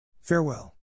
Farewell